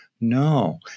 No